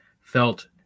felt